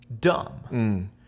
dumb